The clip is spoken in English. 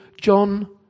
John